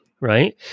right